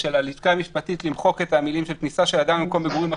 הלשכה המשפטית למחוק את המילים כניסה של אדם למקום מגורים אחר,